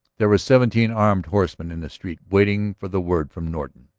there were seventeen armed horsemen in the street waiting for the word from norton.